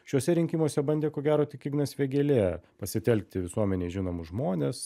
šiuose rinkimuose bandė ko gero tik ignas vėgėlė pasitelkti visuomenei žinomus žmones